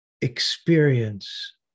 experience